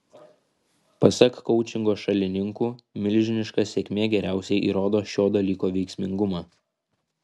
pasak koučingo šalininkų milžiniška sėkmė geriausiai įrodo šio dalyko veiksmingumą